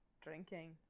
drinking